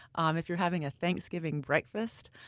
um if you're having a thanksgiving breakfast,